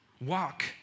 Walk